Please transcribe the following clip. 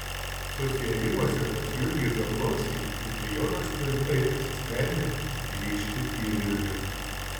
susiėjimuose pas jurgį zablockį kiprijonas tvirtai apsisprendė grįžti į vilnių